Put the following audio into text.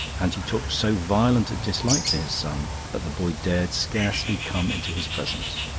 and he took so violent a dislike to his son that the boy dared scarcely come into his presence.